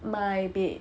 my bed